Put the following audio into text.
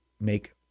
make